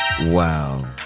Wow